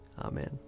Amen